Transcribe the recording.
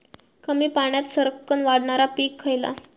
कमी पाण्यात सरक्कन वाढणारा पीक खयला?